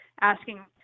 asking